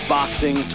Boxing